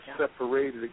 separated